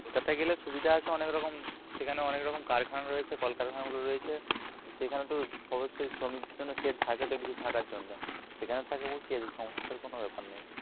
কলকাতা গেলে সুবিধা আছে অনেক রকম সেখানে অনেক রকম কারখানা রয়েছে কলকারখানাগুলো রয়েছে সেখানে তো অবশ্যই শ্রমিকদের জন্য শেড থাকে তো কিছু থাকার জন্য সেখানে থাকবো কী আছে সমস্যার কোনো ব্যাপার নেই